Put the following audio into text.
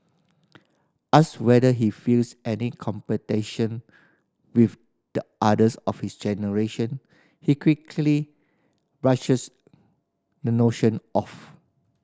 asked whether he feels any competition with the others of his generation he quickly brushes the notion off